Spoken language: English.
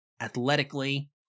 athletically